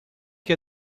que